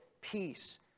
peace